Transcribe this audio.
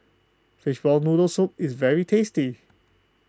Fishball Noodle Soup is very tasty